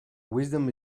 wisdom